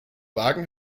wagen